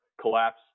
collapse